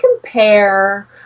compare